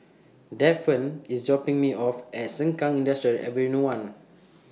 Daphne IS dropping Me off At Sengkang Industrial Ave one